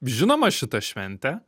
žinoma šita šventė